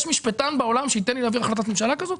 יש משפטן בעולם שייתן לי להעביר החלטת ממשלה כזאת?